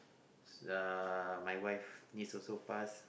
uh my wife niece also pass